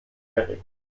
erik